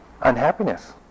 unhappiness